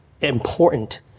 important